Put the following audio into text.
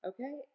Okay